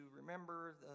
remember